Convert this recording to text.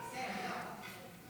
כן, בסדר.